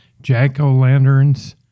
jack-o'-lanterns